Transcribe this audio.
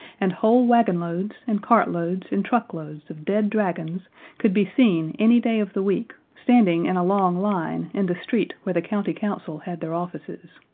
and whole wagonloads and cartloads and truckloads of dead dragons could be seen any day of the week standing in a long line in the street where the county council had their offices.